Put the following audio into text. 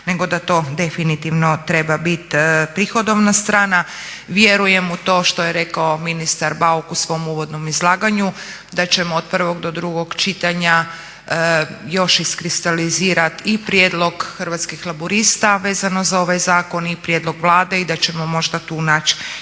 nego da to definitivno treba biti prihodovna strana. Vjerujem u to što je rekao ministar Bauk u svom uvodnom izlaganju da ćemo od prvog do drugog čitanja još iskristalizirati i prijedlog Hrvatskih laburista vezano za ovaj zakon i prijedlog Vlade i da ćemo možda tu naći